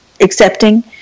Accepting